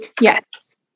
Yes